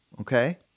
okay